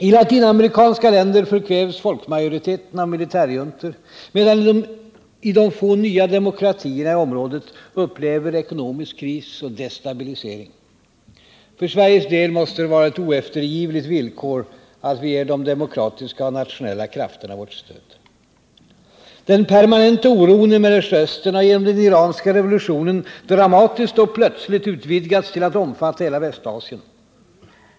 I latinamerikanska länder förkvävs folkmajoriteten av militärjuntor, medan de få nya demokratierna i området upplever ekonomisk kris och destabilisering. För Sveriges del måste det vara ett oeftergivligt villkor att vi ger de demokratiska och nationella krafterna vårt stöd. Den permanenta oron i Mellersta Östern har genom den iranska revolutionen dramatiskt och plötsligt utvidgats till att omfatta hela Västasien.